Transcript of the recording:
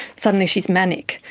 suddenly she is manic.